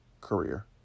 career